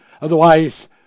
Otherwise